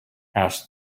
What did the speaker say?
asked